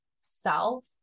self